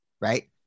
Right